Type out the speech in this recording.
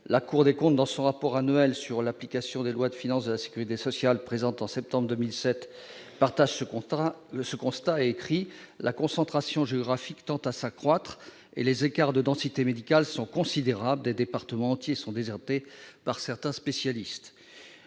la Cour des comptes dans son rapport annuel sur l'application des lois de finances de la Sécurité sociale présente en septembre 2007 partage ce constat le ce constat, écrit la concentration géographique tend à s'accroître et les écarts de densité médicale sont considérables des départements entiers sont désertés par certains spécialistes,